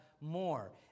more